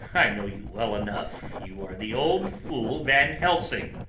i know you well enough you are the old fool van helsing.